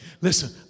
listen